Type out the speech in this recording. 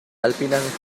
alpinas